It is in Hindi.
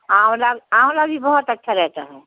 आँवला आँवला भी बहुत अच्छा रहता है